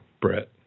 Brett